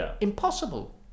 impossible